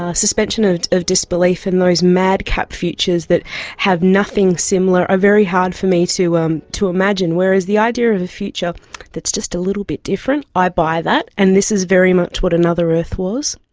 ah suspension ah of disbelief and those madcap futures that have nothing similar are very hard for me to um to imagine, whereas the idea of a future that is just a little bit different, i buy that, and this is very much what another earth was.